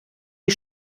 die